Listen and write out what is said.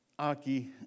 Aki